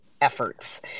efforts